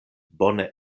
bone